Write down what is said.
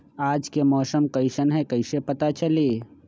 आज के मौसम कईसन हैं कईसे पता चली?